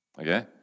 okay